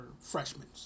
freshmen